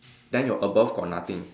then your above got nothing